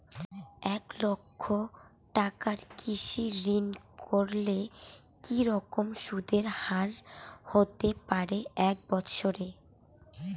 এক লক্ষ টাকার কৃষি ঋণ করলে কি রকম সুদের হারহতে পারে এক বৎসরে?